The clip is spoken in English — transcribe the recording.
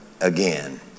again